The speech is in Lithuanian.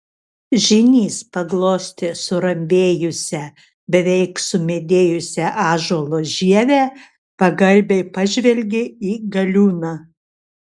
žynys paglostė surambėjusią beveik sumedėjusią ąžuolo žievę pagarbiai pažvelgė į galiūną